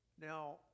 Now